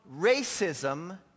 racism